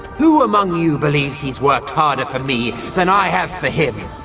who among you believes he's worked harder for me than i have for him!